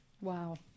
Wow